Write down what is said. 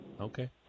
Okay